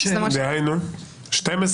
פנייה ישירה לבית המשפט העליון דווקא בגלל